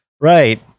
right